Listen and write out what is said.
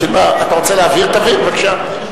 אתה רוצה להבהיר, תבהיר, בבקשה.